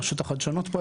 רשות החדשנות פועלת בו.